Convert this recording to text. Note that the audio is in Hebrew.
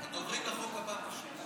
הדוברים לחוק הבא, פשוט.